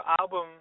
album